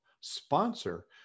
sponsor